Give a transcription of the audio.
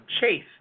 Chase